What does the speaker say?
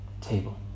table